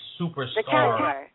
superstar